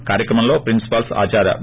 ఈ కార్యక్రమంలో ప్రిన్సిపాల్స్ ఆదార్య టి